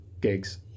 gigs